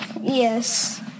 Yes